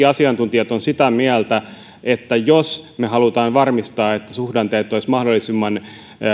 asiantuntijat ovat sitä mieltä että jos me haluamme varmistaa että suhdanteet olisivat mahdollisimman